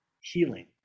healing